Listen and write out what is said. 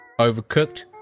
Overcooked